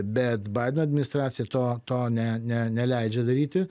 bet baideno administracija to to neleidžia daryti